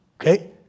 Okay